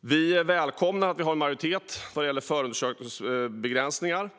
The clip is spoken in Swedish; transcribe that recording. Vi välkomnar att vi har en majoritet när det gäller förundersökningsbegränsningar.